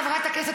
חברת הכנסת,